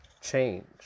change